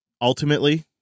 ultimately